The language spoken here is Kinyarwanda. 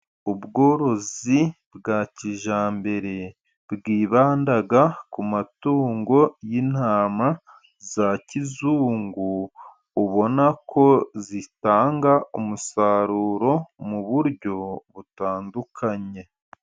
Ubworozi bwa kijyambere, bwibanda ku matungo y'intama za kizungu, ubona ko zitanga umusaruro mu buryo butandukanye.